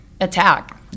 attack